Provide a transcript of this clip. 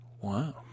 Wow